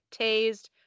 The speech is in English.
tased